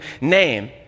name